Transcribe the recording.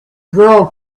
girl